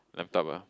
laptop ah